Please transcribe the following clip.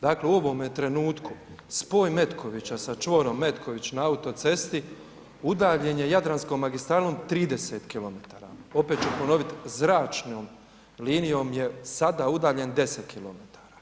Dakle u ovome trenutku spoj Metkovića sa čvorom Metković na autocesti udaljen je Jadranskom magistralom 30km, opet ću ponoviti zračnom linijom je sada udaljen 10km.